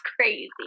crazy